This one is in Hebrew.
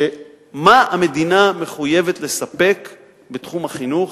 מה המדינה מחויבת לספק בתחום החינוך